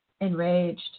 enraged